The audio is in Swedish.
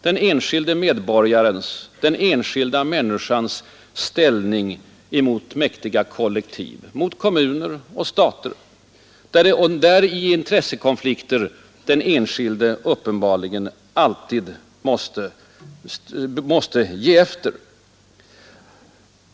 Den handlar om den enskilda människans ställning mot mäktiga kollektiv — mot kommuner och mot staten — där i intressekonflikter den enskilde alltid måste ge efter.